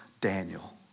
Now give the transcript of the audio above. Daniel